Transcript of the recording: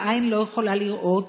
והעין לא יכולה לראות,